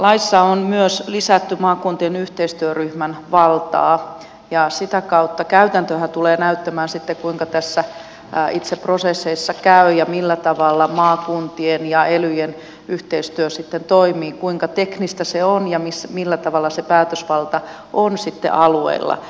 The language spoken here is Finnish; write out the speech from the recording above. laissa on myös lisätty maakuntien yhteistyöryhmän valtaa ja sitä kautta käytäntöhän tulee näyttämään sitten kuinka itse prosesseissa käy ja millä tavalla maakuntien ja elyjen yhteistyö sitten toimii kuinka teknistä se on ja millä tavalla se päätösvalta on sitten alueilla